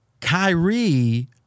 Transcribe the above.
Kyrie